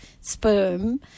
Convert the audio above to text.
sperm